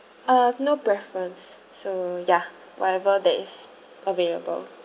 I have no preference so ya whatever that is available